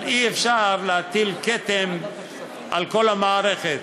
אבל אי-אפשר להטיל כתם על כל המערכת.